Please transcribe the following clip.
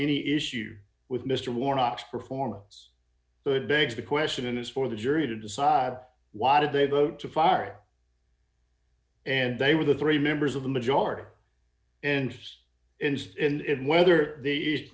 any issue with mr warnock's performance so it begs the question is for the jury to decide why did they vote to fart and they were the three members of the majority and instead and whether they used